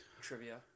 trivia